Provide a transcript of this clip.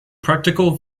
practical